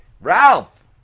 Ralph